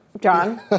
john